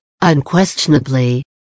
unquestionably